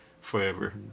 forever